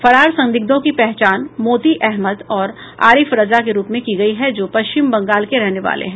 फरार संदिग्धों की पहचान मोती अहमद और आरिफ रजा के रूप में की गई है जो पश्चिम बंगाल के रहने वाले हैं